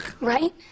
Right